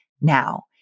now